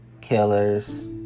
killers